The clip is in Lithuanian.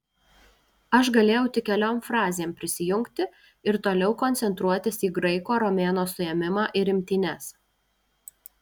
aš galėjau tik keliom frazėm prisijungti ir toliau koncentruotis į graiko romėno suėmimą ir imtynes